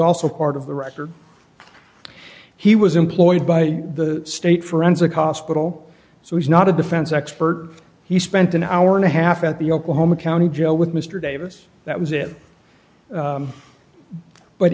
also part of the record he was employed by the state forensic hospital so he's not a defense expert he spent an hour and a half at the oklahoma county jail with mr davis that was it